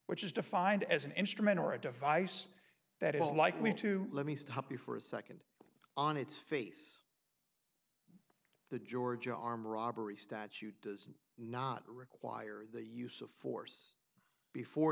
which is defined as an instrument or a device that is unlikely to let me stop you for a nd on its face the georgia arm robbery statute does not require the use of force before